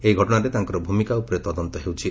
ଏହି ଘଟଣାରେ ତାଙ୍କର ଭୂମିକା ଉପରେ ତଦନ୍ତ ହେଉଛି